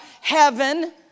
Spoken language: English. heaven